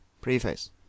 PREFACE